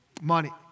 money